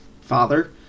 father